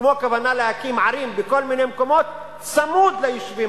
כמו הכוונה להקים ערים בכל מיני מקומות צמוד ליישובים